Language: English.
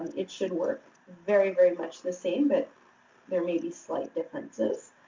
it should work very, very much the same, but there may be slight differences.